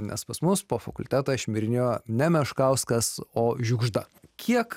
nes pas mus po fakultetą šmirinėjo ne meškauskas o žiugžda kiek